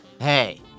Hey